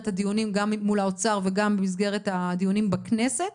הדיונים גם מול האוצר וגם במסגרת הדיונים בכנסת.